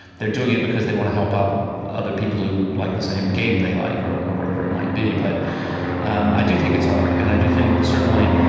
they're doing it because they want to help out other people who like the same game they like or whatever it might be. but um i do think it's hard. and i do think, certainly,